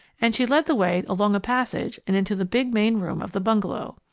and she led the way along a passage and into the big main room of the bungalow.